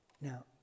Now